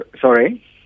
Sorry